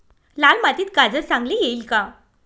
लाल मातीत गाजर चांगले येईल का?